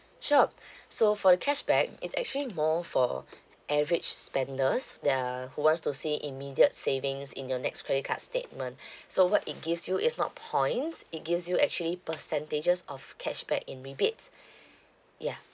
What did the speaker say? sure so for the cashback it's actually more for average spenders that are who wants to see immediate savings in your next credit card's statement so what it gives you is not points it gives you actually percentages of cashback in yeah